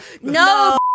No